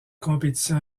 compétition